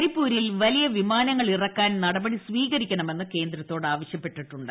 കരിപ്പൂരിൽ വലിയ വിമാനങ്ങൾ ഇറക്കാൻ നടപടി സ്വീകരിക്കണമെന്ന് കേന്ദ്രത്തോട് ആവശ്യപ്പെട്ടിട്ടുണ്ട്